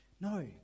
No